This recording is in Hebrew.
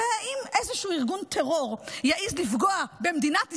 ואם איזשהו ארגון טרור יעז לפגוע במדינת ישראל,